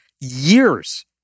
years